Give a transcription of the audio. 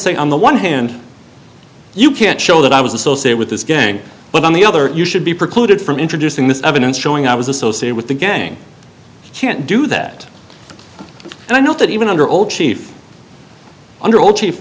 on the one hand you can't show that i was associated with this gang but on the other you should be precluded from introducing this evidence showing i was associated with the gang can't do that and i note that even under old chief under old ch